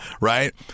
right